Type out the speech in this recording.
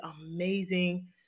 amazing